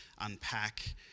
unpack